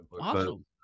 Awesome